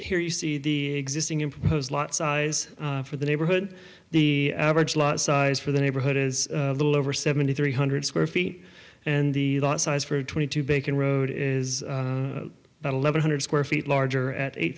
here you see the existing in those lot size for the neighborhood the average lot size for the neighborhood is a little over seventy three hundred square feet and the lot size for twenty two bacon road is about eleven hundred square feet larger at eight